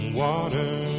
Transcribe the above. water